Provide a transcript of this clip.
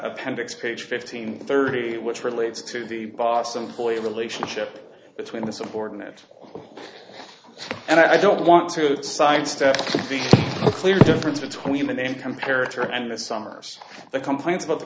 appendix page fifteen thirty which relates to the boss employee relationship between the subordinate and i don't want to sidestep the clear difference between the name comparative and the summers the complaints about the